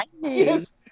Yes